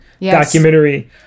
documentary